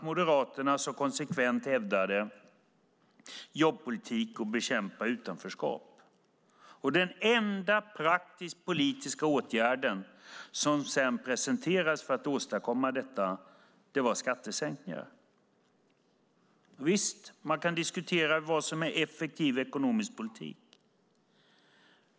Moderaterna hävdade konsekvent jobbpolitik och att bekämpa utanförskap. Den enda praktiskt politiska åtgärden som sedan presenterades för att åstadkomma detta var skattesänkningar. Visst kan man diskutera vad som är effektiv ekonomisk politik.